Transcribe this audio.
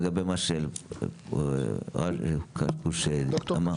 לגבי מה שד"ר קשקוש אמר,